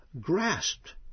grasped